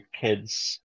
kids